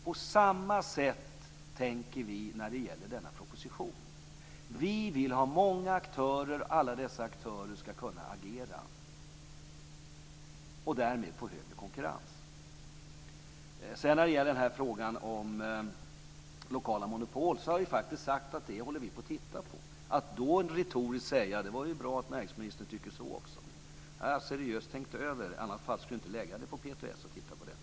På samma sätt tänker vi när det gäller denna proposition. Vi vill ha många aktörer, och alla dessa aktörer ska kunna agera. Därmed får vi större konkurrens. När det gäller frågan om lokala monopol har jag ju sagt att vi håller på att titta på den. Det är märkligt att då retoriskt säga: Det var ju bra att näringsministern tycker så också. Det här har jag seriöst tänkt över. I annat fall skulle jag inte lägga ut till PTS att titta på detta.